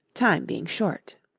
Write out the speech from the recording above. time being short.